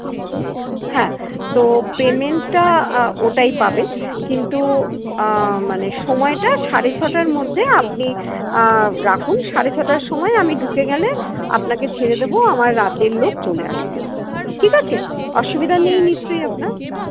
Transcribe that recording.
হ্যাঁ তো পেমেন্টটা ওটাই পাবেন কিন্তু মানে সময়টা সাড়ে ছটার মধ্যে আপনি রাখুন সাড়ে ছটার সময় আমি ঢুকে গেলে আপনাকে ছেড়ে দেব আমার রাতের লোক চলে আসবে ঠিক আছে অসুবিধা নেই নিশ্চয়ই আপনার